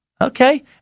Okay